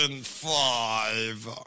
five